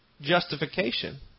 justification